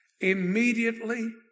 immediately